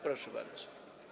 Proszę bardzo.